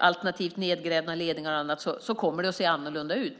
alternativt nedgrävda ledningar kommer det att se annorlunda ut.